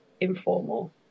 informal